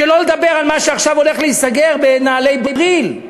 שלא לדבר על מה שעכשיו הולך להיסגר, נעלי "בריל";